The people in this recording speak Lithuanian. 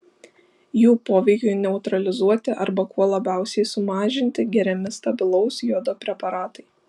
jų poveikiui neutralizuoti arba kuo labiausiai sumažinti geriami stabilaus jodo preparatai